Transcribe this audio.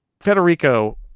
Federico